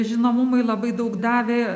žinomumui labai daug davė